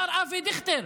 השר אבי דיכטר,